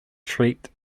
treat